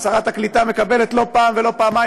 ושרת הקליטה מקבלת לא פעם ולא פעמיים